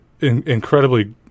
incredibly